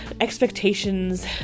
expectations